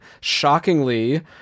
Shockingly